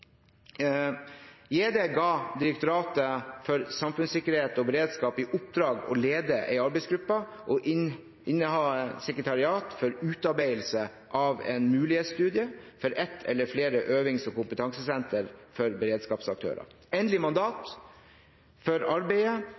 ga Direktoratet for samfunnssikkerhet og beredskap i oppdrag å lede en arbeidsgruppe og inneha sekretariat for utarbeidelse av en mulighetsstudie for ett eller flere øvings- og kompetansesentre for beredskapsaktører. Endelig mandat for arbeidet